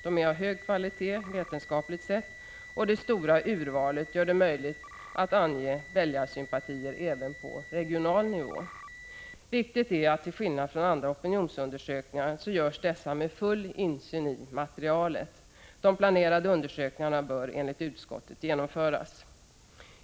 De är av hög kvalitet vetenskapligt sett, och det stora urvalet gör det möjligt att ange väljarsympatier även på regional nivå. Viktigt är att till skillnad från andra opinionsundersökningar görs dessa med full insyn i materialet. De planerade undersökningarna bör enligt utskottet genomföras.